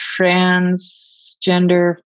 transgender